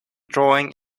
drawing